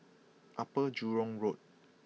Upper Jurong Road